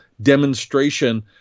demonstration